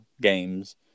games